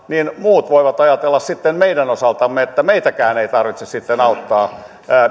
niin muut voivat ajatella sitten meidän osaltamme että meitäkään ei tarvitse sitten auttaa